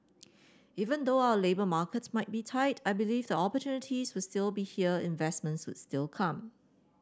even though our labour market might be tight I believe the opportunities would sill be here investments would still come